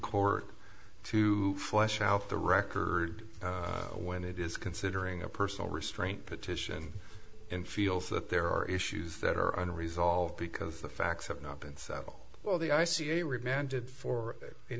court to flesh out the record when it is considering a personal restraint petition in feels that there are issues that are unresolved because the facts have not been settled well the i c a remanded for an